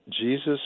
Jesus